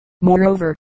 Moreover